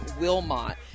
Wilmot